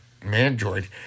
Mandroid